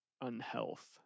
unhealth